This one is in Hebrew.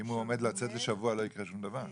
כי אם הוא עומד לצאת לשבוע לא יקרה שום דבר.